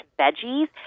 veggies